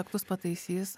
aktus pataisys